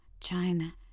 China